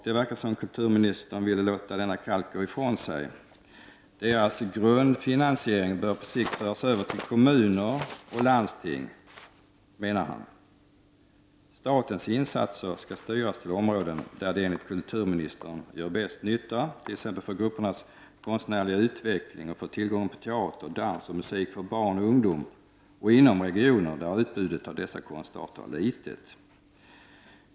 Det verkar som om kulturministern vill låta denna kalk gå ifrån sig. Deras grundfinansiering bör på sikt föras över till kommuner och landsting, menar han. Statens insatser skall styras till områden där de enligt kulturministern gör bäst nytta, t.ex. för gruppernas konstnärliga utveckling och för tillgången på teater, dans och musik för barn och ungdom samt inom regioner där utbudet av dessa konstarter är litet.